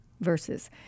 verses